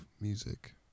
music